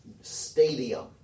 stadium